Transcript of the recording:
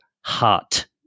heart